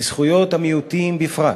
וזכויות המיעוטים בפרט